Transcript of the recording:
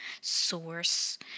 source